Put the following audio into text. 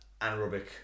anaerobic